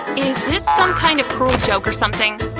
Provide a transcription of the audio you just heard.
is this some kind of cruel joke or something?